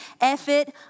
effort